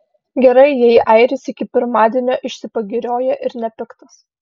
gerai jei airis iki pirmadienio išsipagirioja ir nepiktas